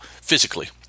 physically